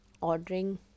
ordering